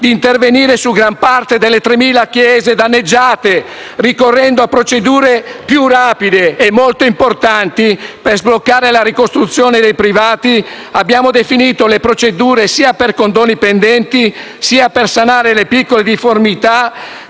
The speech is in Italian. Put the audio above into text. di intervenire su gran parte delle 3.000 chiese danneggiate, ricorrendo a procedure più rapide e - molto importante - per sbloccare la ricostruzione dei privati abbiamo definito le procedure sia per condoni pendenti, sia per sanare le piccole difformità